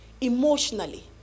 emotionally